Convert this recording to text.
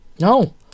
No